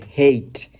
hate